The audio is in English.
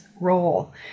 role